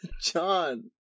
John